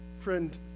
Friend